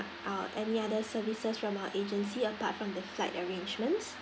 uh any other services from our agency apart from the flight arrangements